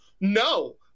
No